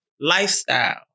lifestyle